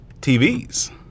TVs